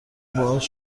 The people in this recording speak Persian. باهاش